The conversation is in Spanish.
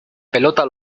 pelota